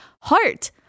heart